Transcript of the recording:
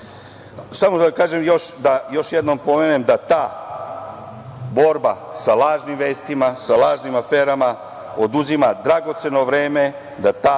lažove. Još jednom ponavljam da ta borba sa lažnim vestima, sa lažnim aferama oduzima dragoceno vreme, da ta